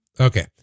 okay